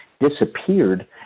disappeared